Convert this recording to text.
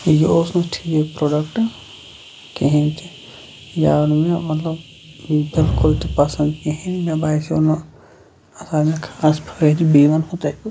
یہِ اوس نہٕ ٹھیٖک پروڈکٹ کہیٖنۍ تہِ یہِ آو نہِ مےٚ مطلب بِلکُل تہِ پَسنٛد کہیٖنۍ مےٚ باسیٚو نہٕ اتھ آو مےٚ خاص فایدٕ بیٚیہِ وَنہو تۄہہِ بہٕ